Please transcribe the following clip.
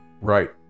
Right